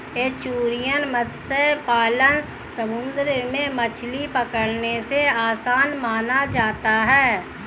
estuarine मत्स्य पालन समुंदर में मछली पकड़ने से आसान माना जाता है